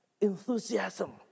enthusiasm